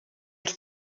els